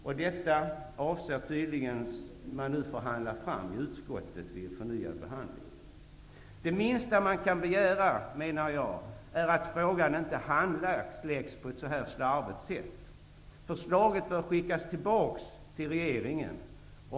Utskottet avser tydligen att förhandla fram detta vid en förnyad behandling. Det minsta man kan begära, menar jag, är att frågan inte handläggs så här slarvigt. Ärendet bör skickas tillbaks till regeringen.